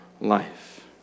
life